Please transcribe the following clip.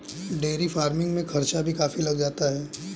dairy farming में खर्चा भी काफी लग जाता है